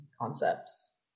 concepts